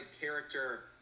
character